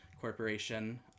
corporation